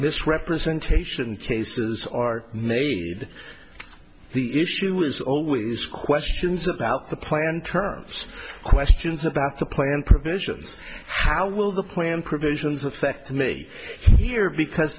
misrepresentation cases are made the issue was always questions about the plan terms questions about the plan provisions how will the plan provisions affect me here because